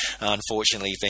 unfortunately